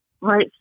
Right